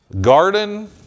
garden